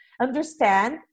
understand